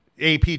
AP